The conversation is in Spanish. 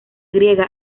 griega